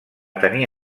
tenir